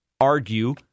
argue